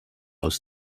aus